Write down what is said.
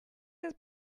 his